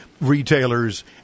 retailers